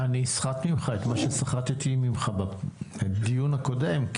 אני אסחט ממך את מה שסחטתי ממך בדיון הקודם,